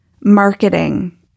marketing